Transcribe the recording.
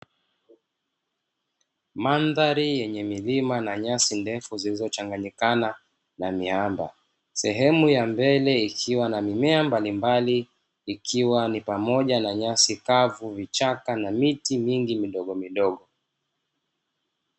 Mandhari yenye milima na nyasi zilizochanganyikana na miamba sehemu ya mbele, ikiwa na mimea mbalimbali ikiwa ni pamoja na nyasi kavu, vichaka na miti mingi midogo midogo.